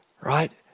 right